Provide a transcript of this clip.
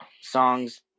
songs